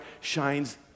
shines